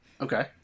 Okay